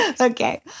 Okay